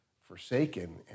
forsaken